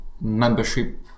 membership